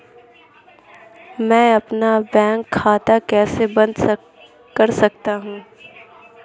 मैं अपना बैंक खाता कैसे बंद कर सकता हूँ?